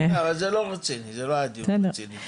אבל זה לא רציני, זה לא היה דיון רציני.